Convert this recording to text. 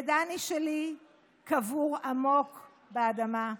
ודני שלי קבור עמוק באדמה.